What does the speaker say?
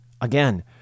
Again